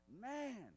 man